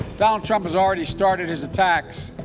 donald trump has already started his attacks.